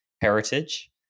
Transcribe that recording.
heritage